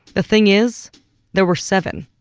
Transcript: the thing is there were seven,